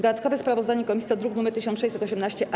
Dodatkowe sprawozdanie komisji to druk numer 1618-A.